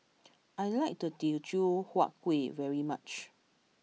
I like Teochew Huat Kueh very much